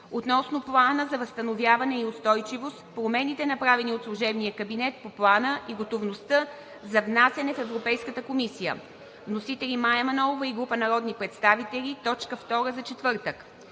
относно Плана за възстановяване и устойчивост, промените, направени от служебния кабинет по плана, и готовността за внасяне в Европейската комисия. Вносители: Мая Манолова и група народни представители – точка втора за четвъртък.